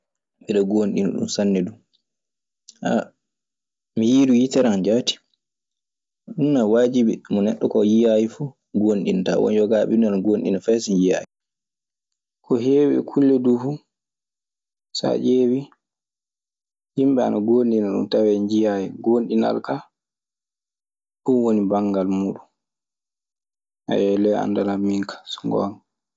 Miɗe goongɗini ɗun sanne du mi yiiru yitere an jaati. Ɗun ne waajibi mo neɗɗo ko yiaayi fu goongɗinta won yogaaɓe ni ane goongɗina fay so njiyaayi. Ko heewi e kulle duu fu, so ƴeewii, yimɓe ŋnŋ goonɗina ɗun tawee njiyaayi. Goonɗinal kaa, ɗun woni banngal muuɗun e ley anndal an min kaa, so ngoonga.